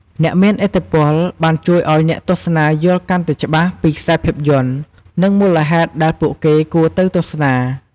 អ្នកមានឥទ្ធិពលបានជួយឱ្យអ្នកទស្សនារយល់កាន់តែច្បាស់ពីខ្សែភាពយន្ត និងមូលហេតុដែលពួកគេគួរទៅទស្សនា។